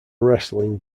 wrestling